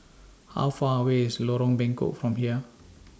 How Far away IS Lorong Bengkok from here